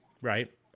right